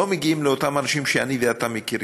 לא מגיעים לאותם האנשים שאני ואתה מכירים,